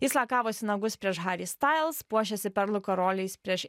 jis lakavosi nagus prieš harry styles puošėsi perlų karoliais prieš